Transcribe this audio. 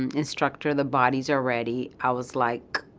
and instructor, the bodies are ready. i was like,